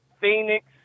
Phoenix